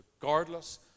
regardless